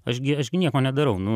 aš gi aš gi nieko nedarau nu